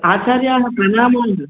आचार्याः प्रणामानि